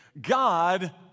God